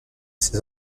ses